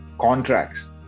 contracts